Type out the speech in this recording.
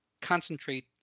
concentrate